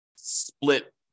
split